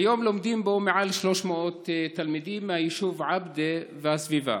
כיום לומדים בו מעל 300 תלמידים מהיישוב עבדה והסביבה.